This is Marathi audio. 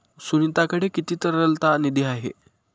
सुनीताकडे किती तरलता निधी आहे?